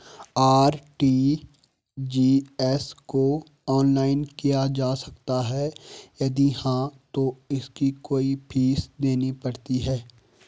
RTGS को online किया जा सकता है यदि हाँ तो इसकी कोई फीस देनी पड़ती है?